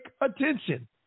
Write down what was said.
attention